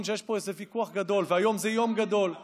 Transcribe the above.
שיש פה איזה ויכוח גדול ושהיום זה יום גדול.